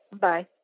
Bye